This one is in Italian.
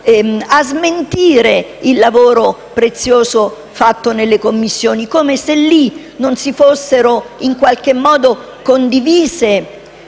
smentire il lavoro prezioso fatto nelle Commissioni, come se in quelle sedi non si fossero in alcun modo condivise